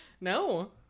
No